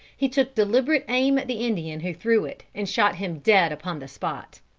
he took deliberate aim at the indian who threw it and shot him dead upon the spot.